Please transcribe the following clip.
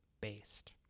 based